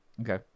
Okay